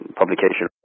publication